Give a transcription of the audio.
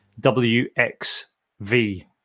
WXV